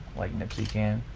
like nipsy can.